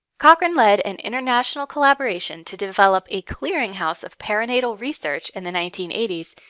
cochrane led an international collaboration to develop a clearing house of perinatal research in the nineteen eighty s,